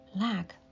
lack